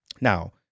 Now